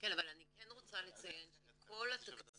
כן אבל אני כן רוצה לציין שכל התקציב